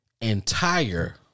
entire